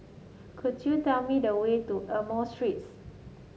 could you tell me the way to Amoy Street